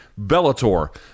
Bellator